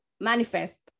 manifest